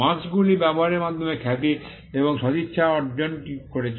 marks গুলি ব্যবহারের মাধ্যমে খ্যাতি এবং সদিচ্ছা অর্জন করেছে